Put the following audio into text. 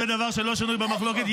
זה דבר שלא שנוי במחלוקת,